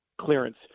clearance